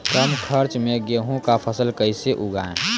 कम खर्च मे गेहूँ का फसल कैसे उगाएं?